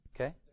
Okay